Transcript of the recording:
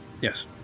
Yes